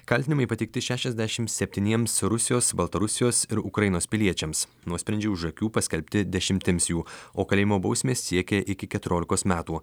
kaltinimai pateikti šešiasdešimt septyniems rusijos baltarusijos ir ukrainos piliečiams nuosprendžiai už akių paskelbti dešimtims jų o kalėjimo bausmės siekia iki keturiolikos metų